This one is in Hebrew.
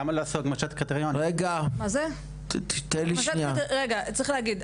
צריך להגיד,